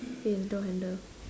it has a door handle